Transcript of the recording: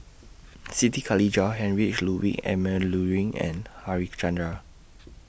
Siti Khalijah Heinrich Ludwig Emil Luering and Harichandra